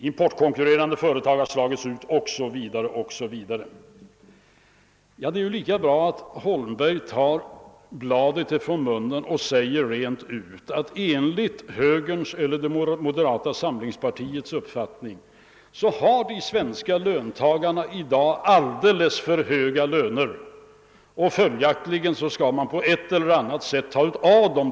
Importkonkurrerande företag har slagits ut o.s.v. Ja, det är lika bra att herr Holmberg tar bladet från munnen och säger rent ut, att enligt moderata samlingspartiets uppfattning har de svenska löntagarna i dag alldeles för höga löner, och följaktligen skall man ta från dem de lönerna på ett eller annat sätt.